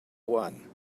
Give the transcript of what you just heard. one